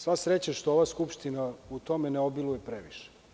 Sva je sreća što ova skupština u tome ne obiluje previše.